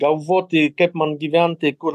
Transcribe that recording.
galvoti kaip man gyventi kur